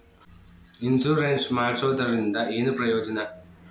Insurance ಮಾಡ್ಸೋದರಿಂದ ಏನು ಪ್ರಯೋಜನ?